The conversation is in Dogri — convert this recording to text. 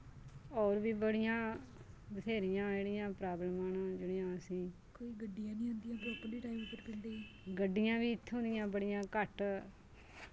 होर वी बड़ियां बथेरियां जेह्ड़ियां प्राब्लमां न जेह्ड़ियां असें गड्डियां वी इत्थूं दियां बड़ियां घट्ट